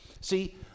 See